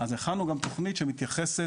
אז הכנו גם תכנית שמתייחסת